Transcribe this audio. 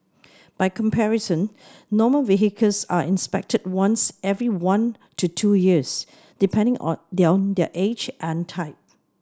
by comparison normal vehicles are inspected once every one to two years depending on their age and type